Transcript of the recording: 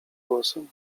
głosem